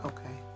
Okay